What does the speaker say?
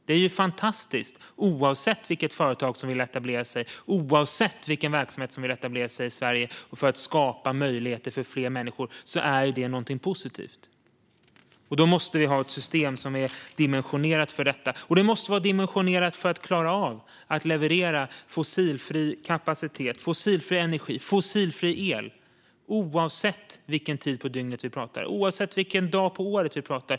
Det är ju fantastiskt oavsett vilket företag eller vilken verksamhet som vill etablera sig i Sverige, och för att skapa möjligheter för fler människor är det någonting positivt. Då måste vi ha ett system som är dimensionerat för detta, och det måste vara dimensionerat för att klara av att leverera fossilfri energi, fossilfri el, oavsett vilken tid på dygnet eller dag på året vi talar om.